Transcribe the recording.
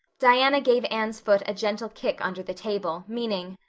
diana gave anne's foot a gentle kick under the table, meaning,